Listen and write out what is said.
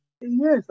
Yes